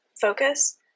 focus